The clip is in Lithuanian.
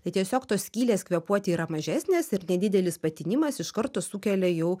tai tiesiog tos skylės kvėpuoti yra mažesnės ir nedidelis patinimas iš karto sukelia jau